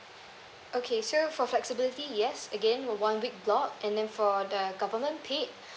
okay so for flexibility yes again one week block and then for the government paid